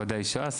בוודאי ש"ס,